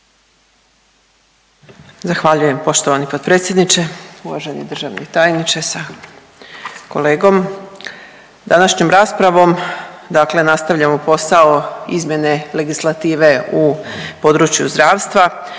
Zahvaljujem poštovani potpredsjedniče. Uvaženi državni tajniče sa kolegom, današnjom raspravom dakle nastavljamo posao izmjene legislative u području zdravstva,